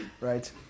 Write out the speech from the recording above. Right